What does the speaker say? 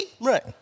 Right